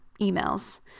emails